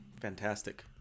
Fantastic